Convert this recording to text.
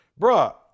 Bruh